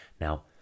now